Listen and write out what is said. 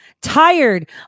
tired